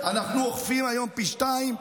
אנחנו אוכפים היום פי שניים,